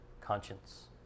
conscience